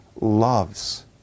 loves